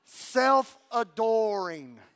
Self-adoring